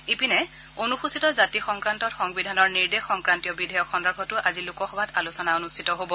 ইপিনে অনুসূচীত জাতি সংক্ৰান্তত সংবিধানৰ নিৰ্দেশ সংক্ৰান্তীয় বিধেয়ক সন্দৰ্ভতো আজি লোকসভাত আলোচনা অনুষ্ঠিত হ'ব